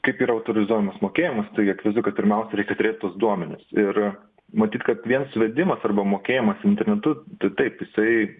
kaip yra autorizuojamas mokėjimas tai akivaizdu kad pirmiausia reikia turėt tuos duomenis ir matyt kad vien suvedimas arba mokėjimas internetu tai taip jisai